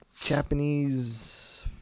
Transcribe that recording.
Japanese